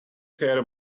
hair